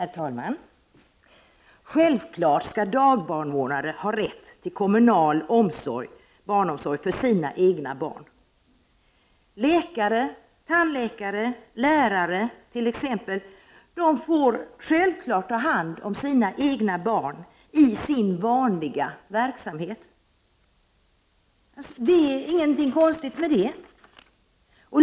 Herr talman! Självfallet skall dagbarnvårdare ha rätt till kommunal barnomsorg för sina egna barn. Läkare, tandläkare och lärare får självfallet ta hand om sina egna barn i sin vanliga verksamhet. Det är ingenting konstigt med det.